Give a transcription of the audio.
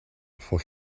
for